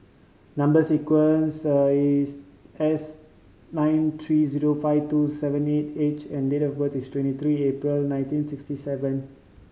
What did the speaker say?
number sequence is S nine three zero five two seven eight H and the date of birth is twenty three April nineteen sixty seven